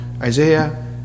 Isaiah